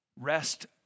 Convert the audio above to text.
Rest